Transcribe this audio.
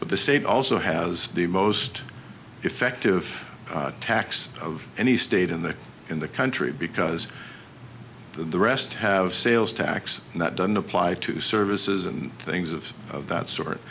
but the state also has the most effective tax of any state in the in the country because the rest have sales tax that doesn't apply to services and things of that